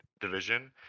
division